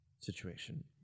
situation